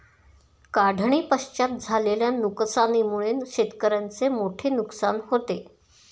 काढणीपश्चात झालेल्या नुकसानीमुळे शेतकऱ्याचे मोठे नुकसान होते